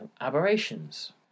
aberrations